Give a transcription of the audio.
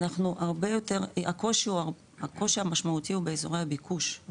הקושי המשמעותי הוא באזורי הביקוש,